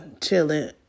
Chilling